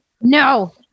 no